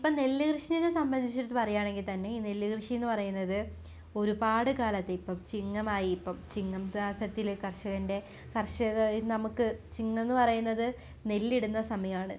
ഇപ്പം നെല്ല് കൃഷിയെ സംബന്ധിച്ചിടത്ത് പറയുകയാണെങ്കിൽ തന്നെ ഈ നെല്ലുകൃഷി എന്ന് പറയുന്നത് ഒരുപാട് കാലത്തേ ഇപ്പം ചിങ്ങമായി ഇപ്പം ചിങ്ങമാസത്തിലെ കർഷകൻ്റെ കർഷക നമുക്ക് ചിങ്ങമെന്ന് പറയുന്നത് നെല്ലിടുന്ന സമയമാണ്